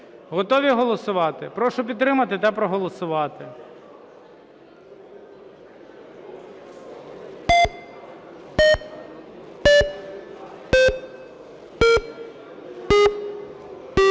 Готові голосувати? Прошу підтримати та проголосувати.